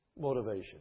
motivation